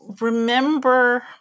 remember